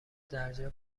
درجا